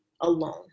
alone